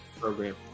program